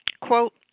Quote